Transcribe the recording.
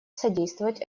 содействовать